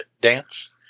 dance